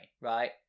right